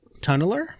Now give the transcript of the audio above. Tunneler